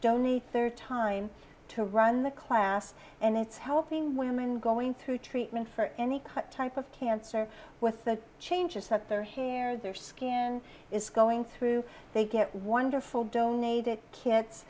dony third time to run the class and it's helping women going through treatment for any cut type of cancer with the changes that their hair their skin is going through they get wonderful donated kits